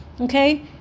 okay